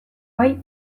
bai